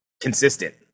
consistent